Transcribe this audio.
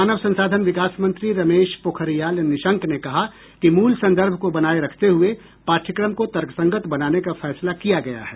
मानव संसाधन विकास मंत्री रमेश पोखरियाल निशंक ने कहा कि मूल संदर्भ को बनाए रखते हुए पाठ्यक्रम को तर्कसंगत बनाने का फैसला किया गया है